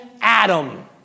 Adam